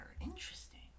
Interesting